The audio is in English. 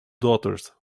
daughters